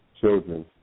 children